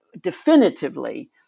definitively